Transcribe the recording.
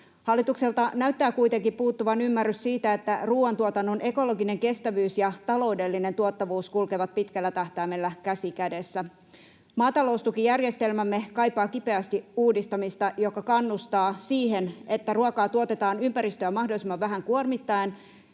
Hallitukselta näyttää kuitenkin puuttuvan ymmärrys siitä, että ruoantuotannon ekologinen kestävyys ja taloudellinen tuottavuus kulkevat pitkällä tähtäimellä käsi kädessä. Maataloustukijärjestelmämme kaipaa kipeästi uudistamista, joka kannustaa siihen, että ruokaa tuotetaan ympäristöä mahdollisimman vähän kuormittaen